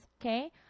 okay